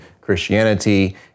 Christianity